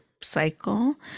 cycle